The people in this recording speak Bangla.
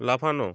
লাফানো